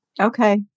Okay